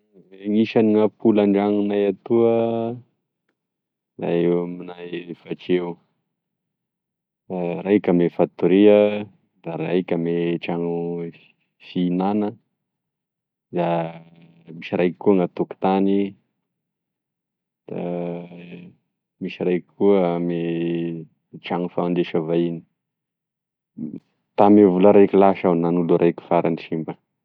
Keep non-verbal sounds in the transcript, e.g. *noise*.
*hesitation* Gn'isan'ampola an-drano aminay atoa *hesitation* da eo amina efatry eo araiky ame fatoria da raiky ame trano fihinana da *hesitation* da misy raiky koa any atokotany da *hesitation* misy raiky koa amy *hesitation* trano fandraisa vahiny tame vola raiky lasa aho nanolo raiky farany.